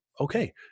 okay